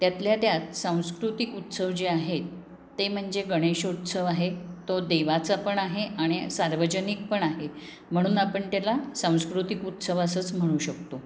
त्यातल्या त्यात सांस्कृतिक उत्सव जे आहेत ते म्हणजे गणेश उत्सव आहे तो देवाचा पण आहे आणि सार्वजनिक पण आहे म्हणून आपण त्याला सांस्कृतिक उत्सव असंच म्हणू शकतो